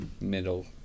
middle